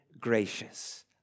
gracious